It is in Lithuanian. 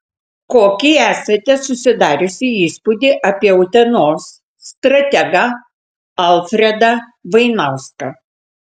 kokį esate susidariusi įspūdį apie utenos strategą alfredą vainauską